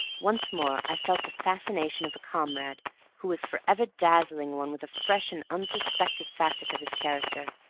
once more i felt the fascination of a comrade who was forever dazzling one with a fresh and unsuspected facet of his character.